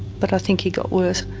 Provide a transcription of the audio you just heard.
but i think he got worse.